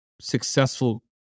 successful